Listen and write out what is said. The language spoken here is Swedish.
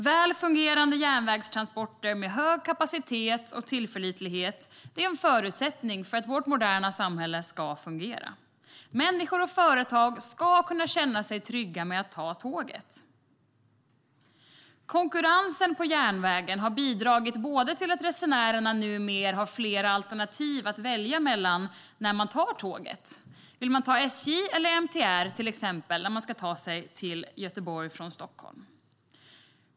Väl fungerande järnvägstransporter med hög kapacitet och tillförlitlighet är en förutsättning för att vårt moderna samhälle ska fungera. Människor och företag ska kunna känna sig trygga med att ta tåget. Konkurrensen på järnvägen har bidragit till att resenärerna numera har flera alternativ att välja mellan. Vill man åka med SJ eller MTR, till exempel, när man ska ta sig till Göteborg från Stockholm?